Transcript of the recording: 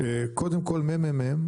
קודם כל מ.מ.מ,